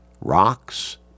rocks